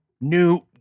new